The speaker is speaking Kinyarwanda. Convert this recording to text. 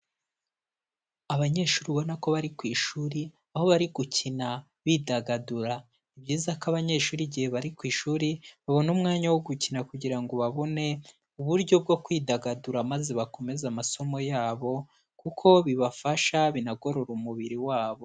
Abanyeshuri ubona ko bari ku ishuri, aho bari gukina bidagadura. Ni byiza ko abanyeshuri igihe bari ku ishuri babona umwanya wo gukina kugira ngo babone uburyo bwo kwidagadura maze bakomeze amasomo yabo kuko bibafasha, binagorora umubiri wabo.